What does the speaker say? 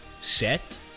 set